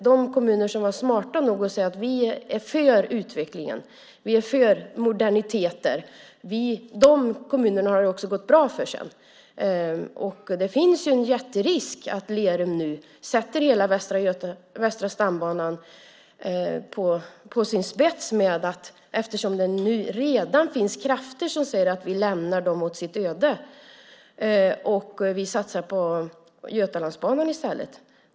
De kommuner som var smarta nog att vara för utveckling och moderniteter har det också gått bra för sedan. Det finns ju en jätterisk för att Lerum nu sätter frågan om hela Västra stambanans framtid på sin spets. Det finns redan krafter som säger att vi ska lämna dem åt sitt öde och satsa på Götalandsbanan i stället.